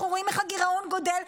אנחנו רואים איך הגירעון גדל.